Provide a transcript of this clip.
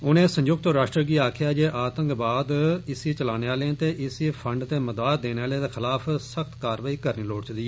उनें संयुक्त राष्ट्र गी आक्खेआ ऐ जे आतंकवाद इस्सी चलाने आलें ते इस्सी फंड ते मदाद देने आलें दे खिलाफ सख्त कारवाई करनी लोड़चदी